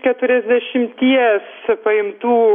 keturiasdešimties paimtų